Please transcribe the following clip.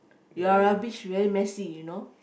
your rubbish very messy you know